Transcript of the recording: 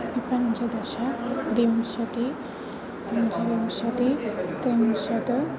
पञ्चदश विंशतिः पञ्चविंशतिः त्रिंशत्